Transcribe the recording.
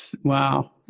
wow